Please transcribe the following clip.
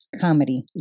comedy